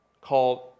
called